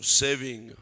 saving